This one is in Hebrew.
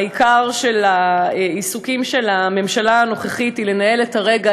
עיקר העיסוקים של הממשלה הנוכחית הם לנהל את הרגע,